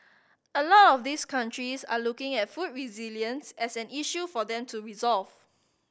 a lot of these countries are looking at food resilience as an issue for them to resolve